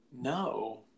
no